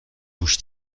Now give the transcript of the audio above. گوش